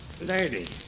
lady